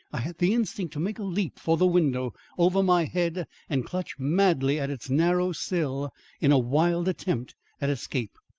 i had the instinct to make a leap for the window over my head and clutch madly at its narrow sill in a wild attempt at escape.